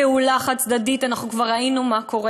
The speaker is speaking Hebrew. פעולה חד-צדדית, אנחנו כבר ראינו מה קורה.